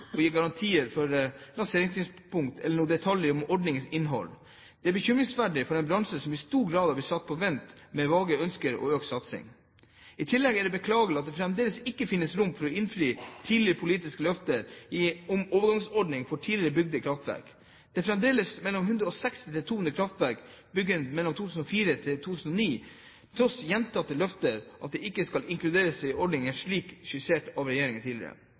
gi garantier om lanseringstidspunkt eller noen detaljer om ordningens innhold. Det er bekymringsverdig for en bransje som i stor grad har blitt satt på vent med vage ønsker om økt satsing. I tillegg er det beklagelig at det fremdeles ikke finnes rom for å innfri tidligere politiske løfter om en overgangsordning for tidligere bygde kraftverk. Det er fremdeles slik at mellom 160 og 200 kraftverk bygget mellom 2004 og 2009 tross gjentatte løfter ikke skal inkluderes i ordningen slik den er skissert av regjeringen tidligere.